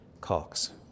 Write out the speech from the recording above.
Cox